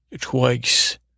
twice